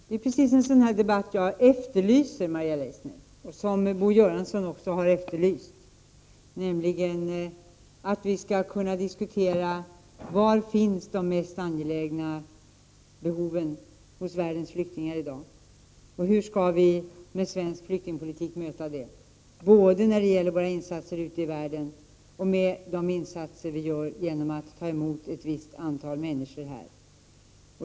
Det är precis en sådan här debatt jag efterlyser, Maria Leissner, och det är just vad Bo Göransson också gjorde — nämligen att vi skall kunna diskutera var de mest angelägna behoven hos världens flyktingar finns i dag och hur svensk flyktingpolitik skall kunna möta dessa, både när det gäller våra insatser ute i världen och med de insatser vi gör genom att ta emot ett visst antal människor här hemma.